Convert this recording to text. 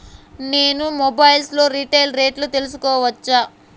నేను మొబైల్ లో రీటైల్ రేట్లు తెలుసుకోవచ్చా?